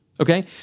okay